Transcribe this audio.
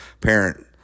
parent